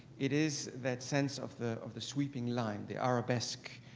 it is that sense of the of the sweeping line, the arabesque.